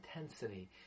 intensity